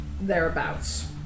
thereabouts